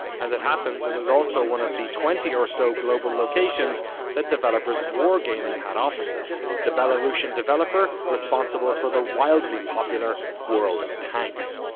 as it happens it was also one of the twenty or so global locations that developers wargaming had offices. the belarusian developer responsible for the wildly popular world of tanks.